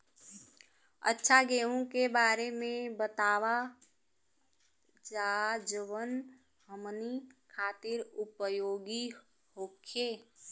अच्छा गेहूँ के बारे में बतावल जाजवन हमनी ख़ातिर उपयोगी होखे?